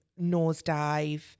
Nosedive